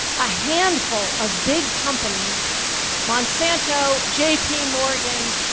a handful of big companies monsanto, j. p. morgan,